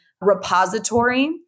repository